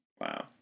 Wow